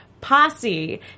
posse